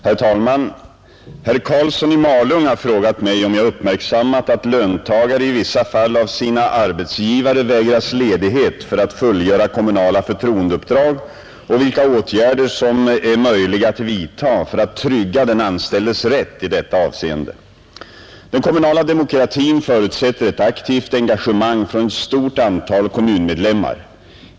Herr talman! Herr Karlsson i Malung har frågat mig om jag uppmärksammat att löntagare i vissa fall av sina arbetsgivare vägras ledighet för att fullgöra kommunala förtroendeuppdrag och vilka åtgärder som är möjliga att vidta för att trygga den anställdes rätt i detta avseende. Den kommunala demokratin förutsätter ett aktivt engagemang från ett stort antal kommunmedlemmar.